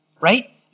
right